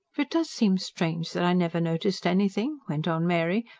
it does seem strange that i never noticed anything, went on mary,